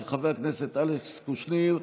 של חבר הכנסת גדעון סער,